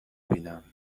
بینم